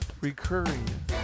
recurring